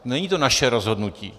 Není to naše rozhodnutí.